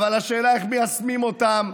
אבל השאלה היא איך מיישמים אותם,